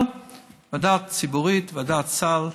אבל ועדה ציבורית, ועדת סל,